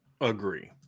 Agree